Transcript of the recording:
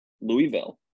Louisville